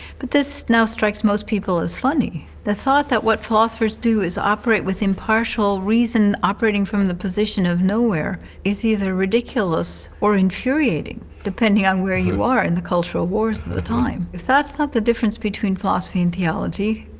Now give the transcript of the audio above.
but this now strikes most people as funny. the thought that what philosophers do is operate with impartial reason, operating from the position of nowhere is either ridiculous or infuriating depending on where you are in the cultural wars of the time. if that's not the difference between philosophy and theology,